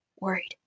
Worried